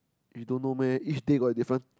you don't know meh each they got different